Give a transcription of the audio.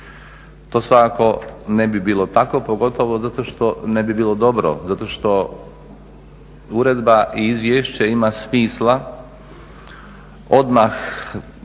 To svakako ne bi bilo tako, pogotovo zato što ne bi bilo dobro, zato što uredba i izvješće ima smisla odmah provoditi